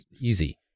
easy